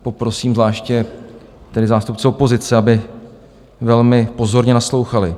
Poprosím zvláště tedy zástupce opozice, aby velmi pozorně naslouchali.